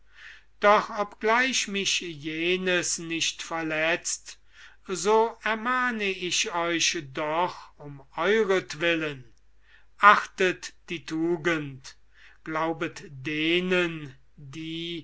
doch obgleich mich jenes nicht verletzt so ermahne ich euch doch um euretwillen achtet die tugend glaubet denen die